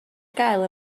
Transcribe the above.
gael